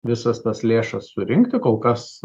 visas tas lėšas surinkti kol kas